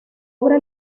obra